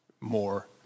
more